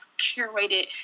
curated